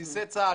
שבסיסי צה"ל,